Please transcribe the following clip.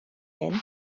hyn